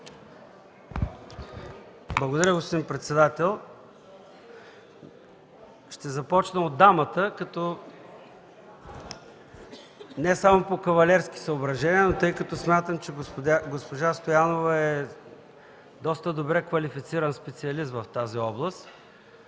Благодаря, господин председател. Ще започна от дамата не само по кавалерски съображения, но тъй като смятам, че госпожа Стоянова е доста добре квалифициран специалист в тази област.